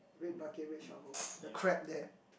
red bucket red shovel the crab there